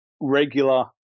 regular